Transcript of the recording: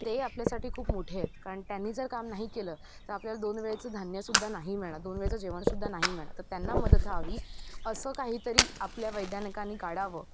ते ते आपल्यासाठी खूप मोठेहेत कारण त्यांनी जर काम नाही केलं तर आपल्याला दोन वेळचं धान्यसुद्धा नाही मिळणार दोन वेळचं जेवणसुद्धा नाही मिळणार तर त्यांना मदत हवी असं काहीतरी आपल्या वैज्ञानिकांनी काढावं